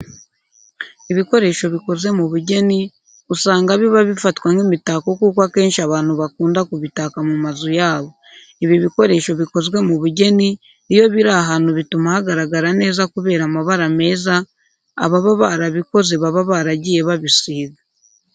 Ibikoresho bikoze mu bigeni usanga biba bifatwa nk'imitako kuko akenshi abantu bakunda kubitaka mu mazu yabo. Ibi bikoresho bikozwe mu bugeni iyo biri ahantu bituma hagaragara neza kubera amabara meza, ababa barabikoze baba baragiye babisiga.